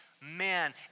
man